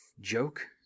joke